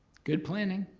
good planning,